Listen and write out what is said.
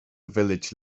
village